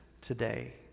today